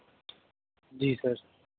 جی سر